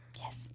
yes